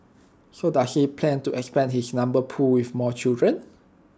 so does he plan to expand his number pool with more children